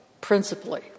principally